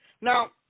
Now